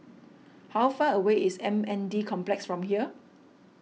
how far away is M N D Complex from here